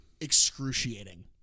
excruciating